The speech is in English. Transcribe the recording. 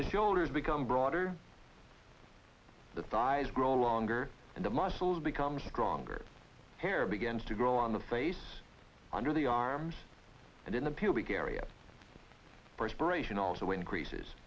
their shoulders become broader the thighs grow longer and the muscles become stronger hair begins to grow on the face under the arms and in the pubic area perspiration also increases